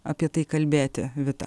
apie tai kalbėti vita